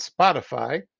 Spotify